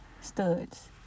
studs